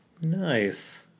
Nice